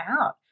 out